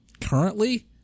currently